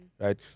right